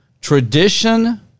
tradition